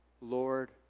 Lord